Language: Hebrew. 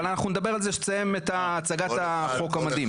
אבל אנחנו נדבר על זה כשתסיים את הצגת החוק המדהים.